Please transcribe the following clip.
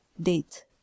date